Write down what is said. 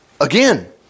Again